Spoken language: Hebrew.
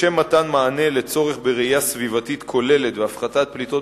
לשם מתן מענה לצורך בראייה סביבתית כוללת והפחתת פליטות